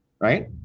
right